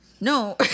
No